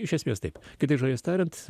iš esmės taip kitais žodžiais tariant